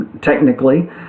technically